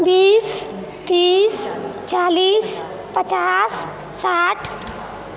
बीस तीस चालीस पचास साठि